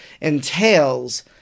entails